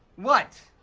what?